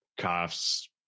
coughs